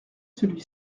celui